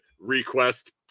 request